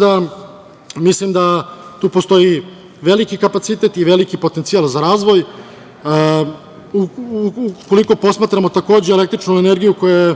da, mislim da tu postoji veliki kapacitet i veliki potencijal za razvoj. Ukoliko posmatramo takođe električnu energiju koja je